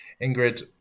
Ingrid